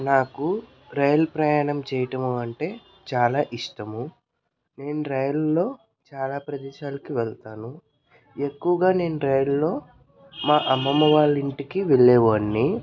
నాకు రైల్ ప్రయాణం చేయటం అంటే చాలా ఇష్టము నేను రైల్లో చాలా ప్రదేశాలకు వెళ్తాను ఎక్కువగా నేను రైల్లో మా అమ్మమ్మ వాళ్ళ ఇంటికి వెళ్లేవాడిని